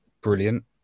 brilliant